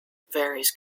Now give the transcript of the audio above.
varies